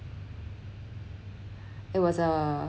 it was a